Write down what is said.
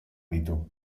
ditu